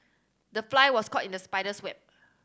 the fly was caught in the spider's web